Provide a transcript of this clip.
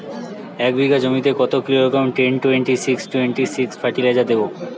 এক বিঘা জমিতে কত kilogram ten twenty six twenty six fertiliser দেবো?